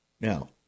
Now